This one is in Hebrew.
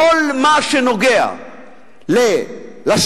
כל מה שנוגע לשטחים,